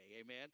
amen